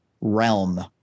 realm